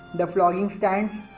the flogging stands,